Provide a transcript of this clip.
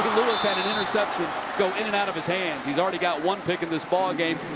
louis had an interception go in and out of his hands. he's already got one pick in this ball game.